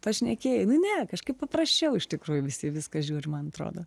pašnekėjai nu ne kažkaip paprasčiau iš tikrųjų visi viską žiūri man atrodo